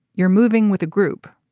you're moving with a group,